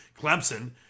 Clemson